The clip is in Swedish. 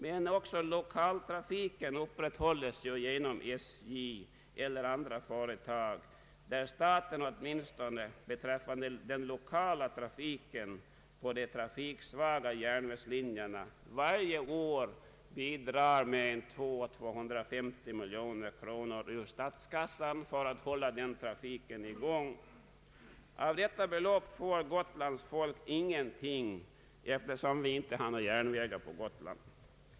Men även lokaltrafiken upprätthålles genom SJ eller andra företag, där staten åtminstone beträffande den lokala trafiken på trafiksvaga järnvägslinjer varje år bidrar med 200—250 miljoner kronor ur statskassan för att hålla trafiken i gång. Av detta belopp får Gotlands folk ingenting, eftersom vi inte har några järnvägar på Gotland.